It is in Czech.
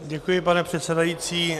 Děkuji, pane předsedající.